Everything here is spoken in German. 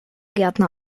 gärtner